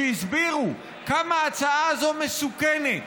שהסבירו כמה ההצעה הזאת מסוכנת,